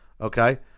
Okay